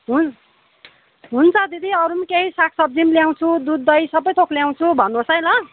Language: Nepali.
हुन हुन्छ दिदी अरू पनि केही सागसब्जी पनि ल्याउँछु दुध दही सबैथोक ल्याउँछु भन्नुहोस् है ल